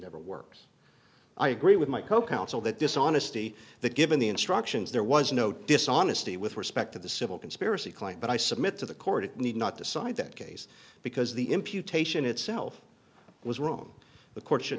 never works i agree with my co counsel that dishonesty that given the instructions there was no dishonesty with respect to the civil conspiracy claim but i submit to the court it need not decide that case because the imputation itself was wrong the court sho